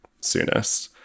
soonest